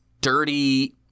dirty